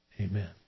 Amen